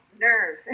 nerve